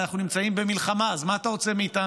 הרי אנחנו נמצאים במלחמה, אז מה אתה רוצה מאיתנו?